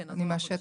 אני פשוט מהשטח.